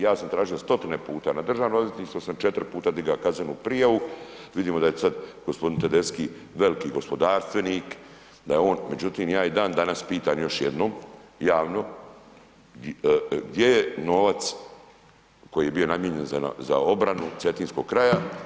Ja sam tražio stotine puta, na Državno odvjetništvo sam četiri puta digao kaznenu prijavu, vidimo da je sad gospodin Tedeschi veliki gospodarstvenik, da je on, međutim, ja i dan danas pitam još jednom, javno, gdje je novac koji je bio namijenjen za obranu Cetinskog kraja.